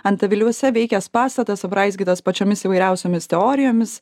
antaviliuose veikęs pastatas apraizgytas pačiomis įvairiausiomis teorijomis